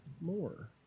more